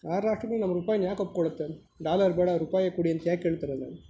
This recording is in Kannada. ಆ ರಾಷ್ಟ್ರಗಳು ನಮ್ಮ ರೂಪಾಯನ್ನ ಯಾಕೆ ಒಪ್ಕೊಳ್ಳುತ್ತೆ ಡಾಲರ್ ಬೇಡ ರುಪಾಯಿಯೇ ಕೊಡಿ ಅಂತ ಯಾಕೆ ಕೇಳ್ತಾರೆ